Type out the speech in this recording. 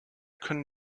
können